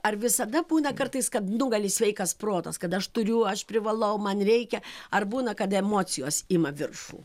ar visada būna kartais kad nugali sveikas protas kad aš turiu aš privalau man reikia ar būna kad emocijos ima viršų